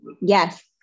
yes